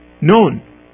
known